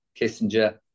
Kissinger